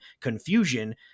confusion